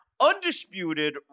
undisputed